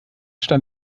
stand